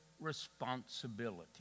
responsibility